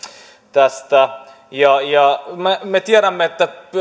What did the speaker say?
tästä me me tiedämme että